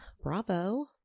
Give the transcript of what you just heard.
bravo